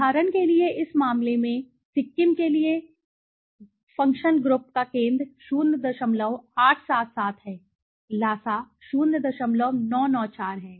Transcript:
उदाहरण के लिए इस मामले में सिक्किम के लिए फ़ंक्शन ग्रुप का केंद्र 0877 है ल्हासा 0994 है